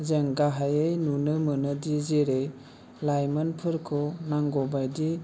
जों गाहाइयै नुनो मोनो दि जेरै लाइमोनफोरखौ नांगौ बायदि